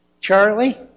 Charlie